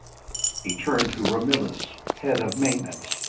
he turned to ramillis, head of maintenance.